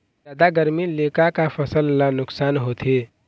जादा गरमी ले का का फसल ला नुकसान होथे?